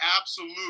absolute